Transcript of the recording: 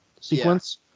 sequence